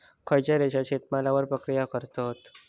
खयच्या देशात शेतमालावर प्रक्रिया करतत?